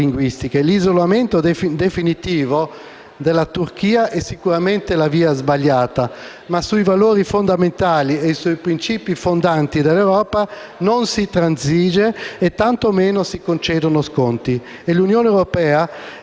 L'isolamento definitivo della Turchia è sicuramente la via sbagliata. Ma sui valori fondamentali e sui principi fondanti dell'Europa non si transige e tanto meno si concedono sconti.